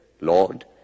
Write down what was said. Lord